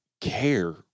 care